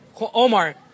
Omar